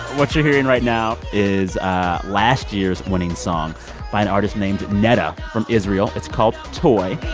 what you're hearing right now is ah last year's winning song by an artist named netta from israel. it's called toy.